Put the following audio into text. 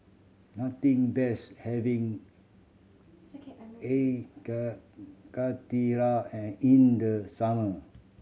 nothing beats having air karthira and in the summer